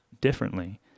differently